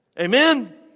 Amen